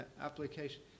application